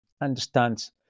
understands